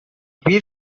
биир